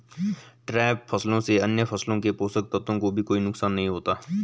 trap फसलों से अन्य फसलों के पोषक तत्वों को भी कोई नुकसान नहीं होता